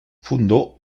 fundó